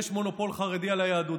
יש מונופול חרדי על היהדות.